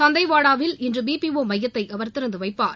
தந்தேவாடாவில் இன்று பிபீஷ மையத்தை அவர் திறந்து வைப்பார்